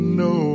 no